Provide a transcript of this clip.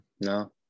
No